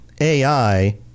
AI